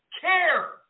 care